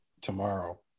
tomorrow